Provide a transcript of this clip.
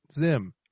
Zim